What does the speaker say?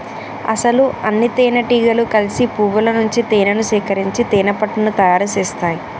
అసలు అన్నితేనెటీగలు కలిసి పువ్వుల నుంచి తేనేను సేకరించి తేనెపట్టుని తయారు సేస్తాయి